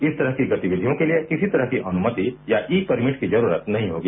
इस तरह की गतिविधियों के लिए किसी तरह की अनुमति या ई परमिट की जरूरत नहीं होगी